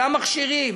אותם מכשירים,